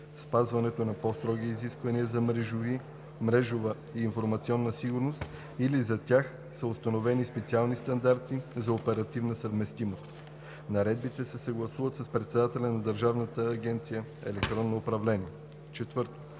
спазването на по-строги изисквания за мрежова и информационна сигурност или за тях са установени специални стандарти за оперативна съвместимост. Наредбите се съгласуват с председателя на Държавната агенция „Електронно управление“.“ 4.